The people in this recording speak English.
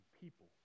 people